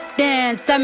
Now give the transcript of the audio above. dance